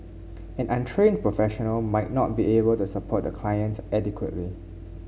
an untrained professional might not be able to support the client adequately